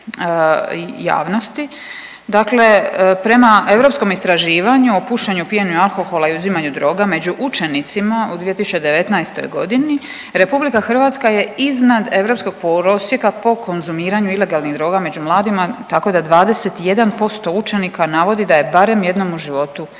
Dakle, prema europskom istraživanju o pušenju i pijenju alkohola i uzimanju droga među učenicima u 2019.g. RH je iznad europskog prosjeka po konzumiranju ilegalnih droga među mladima tako da 21% učenika navodi da je barem jednom u životu probalo